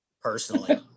personally